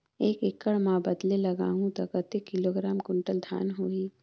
एक एकड़ मां बदले लगाहु ता कतेक किलोग्राम कुंटल धान होही?